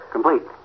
Complete